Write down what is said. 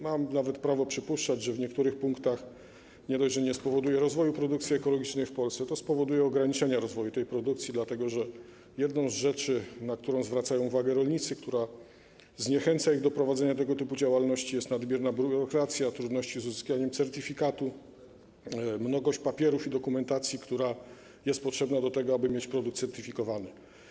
Mam nawet prawo przypuszczać, że w niektórych punktach nie dość, że nie spowoduje rozwoju produkcji ekologicznej w Polsce, to spowoduje ograniczenia rozwoju tej produkcji, dlatego że jedną z rzeczy, na którą zwracają uwagę rolnicy, która zniechęca ich do prowadzenia tego typu działalności, jest nadmierna biurokracja, trudności z uzyskaniem certyfikatu, mnogość papierów i dokumentacji, która jest potrzebna do tego, aby mieć produkt certyfikowany.